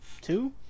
two